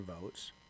votes